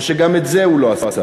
או שגם את זה הוא לא עשה?